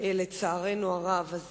והיא